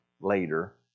later